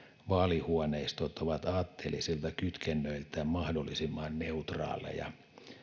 vaalihuoneistot ovat aatteellisilta kytkennöiltään mahdollisimman neutraaleja